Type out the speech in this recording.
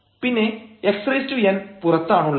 പിന്നെ xn പുറത്താണുള്ളത്